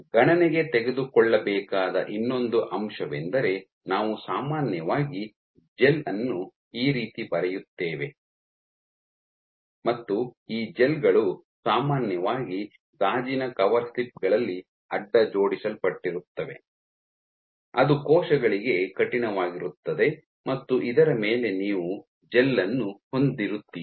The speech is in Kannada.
ಗಣನೆಗೆ ತೆಗೆದುಕೊಳ್ಳಬೇಕಾದ ಇನ್ನೊಂದು ಅಂಶವೆಂದರೆ ನಾವು ಸಾಮಾನ್ಯವಾಗಿ ಜೆಲ್ ಅನ್ನು ಈ ರೀತಿ ಬರೆಯುತ್ತೇವೆ ಮತ್ತು ಈ ಜೆಲ್ ಗಳು ಸಾಮಾನ್ಯವಾಗಿ ಗಾಜಿನ ಕವರ್ ಸ್ಲಿಪ್ ಗಳಲ್ಲಿ ಅಡ್ಡ ಜೋಡಿಸಲ್ಪಟ್ಟಿರುತ್ತವೆ ಅದು ಕೋಶಗಳಿಗೆ ಕಠಿಣವಾಗಿರುತ್ತದೆ ಮತ್ತು ಇದರ ಮೇಲೆ ನೀವು ಜೆಲ್ ಅನ್ನು ಹೊಂದಿರುತ್ತೀರಿ